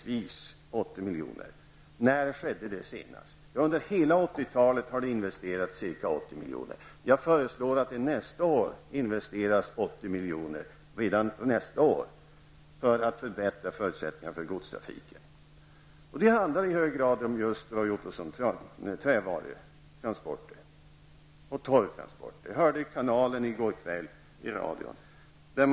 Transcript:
När skedde det senast? Under hela 1980-talet har det investerats ca 80 milj.kr. Jag föreslår att det redan nästa år investeras 80 milj.kr. för att förbättra förutsättningarna för godstrafiken. Det handlar, Roy Ottosson, i hög grad om just trävaru och torvtransporter. Jag hörde på Kanalen i radion i går kväll.